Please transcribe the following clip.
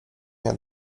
nie